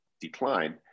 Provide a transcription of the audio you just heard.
decline